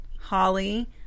Holly